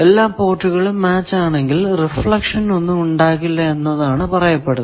എല്ലാ പോർട്ടുകളും മാച്ച് ആണെങ്കിൽ റിഫ്ലക്ഷൻ ഒന്നും ഉണ്ടാകില്ല എന്നാണ് പറയപ്പെടുന്നത്